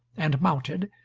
and mounted,